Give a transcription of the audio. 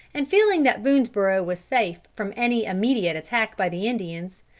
and feeling that boonesborough was safe from any immediate attack by the indians,